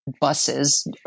buses